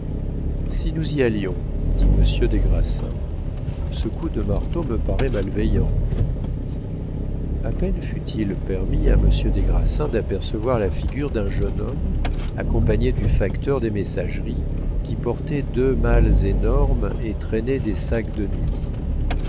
si nous y allions dit monsieur des grassins ce coup de marteau me paraît malveillant a peine fut-il permis à monsieur des grassins d'apercevoir la figure d'un jeune homme accompagné du facteur des messageries qui portait deux malles énormes et traînait des sacs de nuit